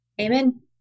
Amen